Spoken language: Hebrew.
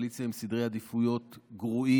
קואליציה עם סדרי עדיפויות גרועים.